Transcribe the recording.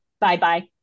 Bye-bye